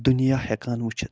دُنیا ہٮ۪کان وٕچھِتھ